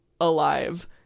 alive